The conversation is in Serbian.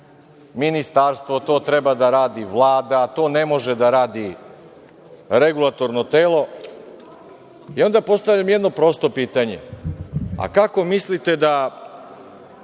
Ministarstvo, to treba da radi Vlada, to ne može da radi Regulatorno telo. Onda postavljam jedno prosto pitanje – kako mislite da,